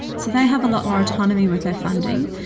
so they have a lot more autonomy with their funding.